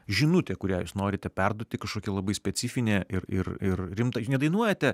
žinutė kurią jūs norite perduoti kažkokią labai specifinę ir ir ir rimtą nedainuojate